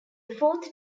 fourth